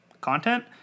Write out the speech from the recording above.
content